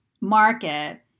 market